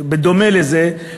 דומה לזה,